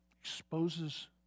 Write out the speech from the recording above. exposes